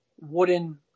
wooden